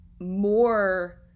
More